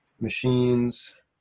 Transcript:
machines